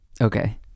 Okay